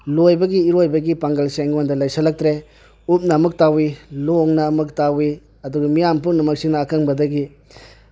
ꯂꯣꯏꯕꯒꯤ ꯏꯔꯣꯏꯕꯒꯤ ꯄꯥꯡꯒꯜꯁꯦ ꯑꯩꯉꯣꯟꯗ ꯂꯩꯁꯤꯜꯂꯛꯇ꯭ꯔꯦ ꯎꯞꯅ ꯑꯃꯨꯛ ꯇꯥꯎꯏ ꯂꯣꯡꯅ ꯑꯃꯨꯛ ꯇꯥꯎꯏ ꯑꯗꯨꯒ ꯃꯤꯌꯥꯝ ꯄꯨꯝꯅꯃꯛꯁꯤꯡꯅ ꯑꯀꯪꯕꯗꯒꯤ